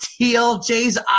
TLJ's